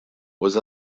was